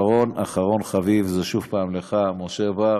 ואחרון-אחרון חביב, זה שוב לך, משה בר.